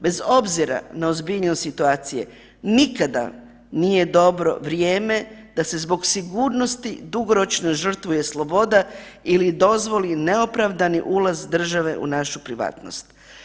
Bez obzira na ozbiljnost situacije nikada nije dobro vrijeme da se zbog sigurnosti dugoročno žrtvuje sloboda ili dozvoli neopravdani ulaz države u našu privatnost.